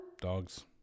Dogs